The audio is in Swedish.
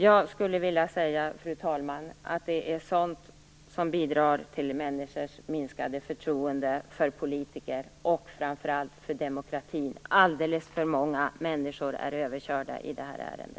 Jag skulle vilja påstå att det är sådant som bidrar till människors minskade förtroende för politiker och framför allt för demokratin. Alldeles för många människor är överkörda i detta ärende.